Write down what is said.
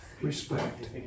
respect